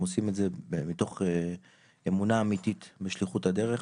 עושים את זה מתוך אמונה אמיתית בשליחות הדרך.